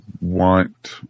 want